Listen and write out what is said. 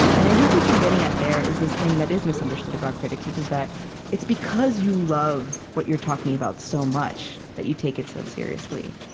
and i think what you're getting at there is this thing that is misunderstood about critics, which is that it's because you love what you're talking about so much that you take it so seriously.